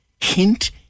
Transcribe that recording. Hint